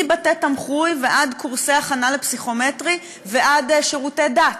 מבתי-תמחוי ועד קורסי הכנה לפסיכומטרי ועד שירותי דת,